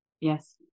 Yes